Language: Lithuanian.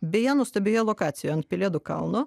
beje nuostabioje lokacijoje ant pelėdų kalno